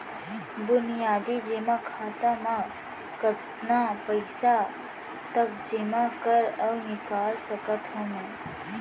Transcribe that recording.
बुनियादी जेमा खाता म कतना पइसा तक जेमा कर अऊ निकाल सकत हो मैं?